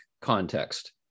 context